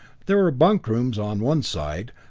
there were bunk rooms on one side,